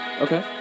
Okay